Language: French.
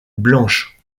blanche